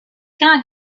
cannot